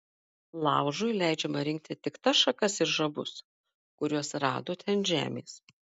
laužui leidžiama rinkti tik tas šakas ir žabus kuriuos radote ant žemės